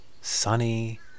sunny